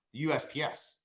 USPS